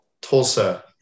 Tulsa